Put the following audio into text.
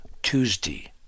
Tuesday